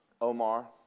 Omar